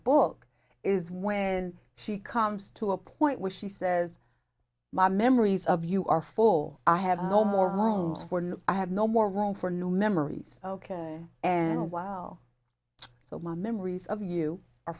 book is when she comes to a point where she says my memories of you are full i have no more homes for i have no more room for new memories ok and while so my memories of you are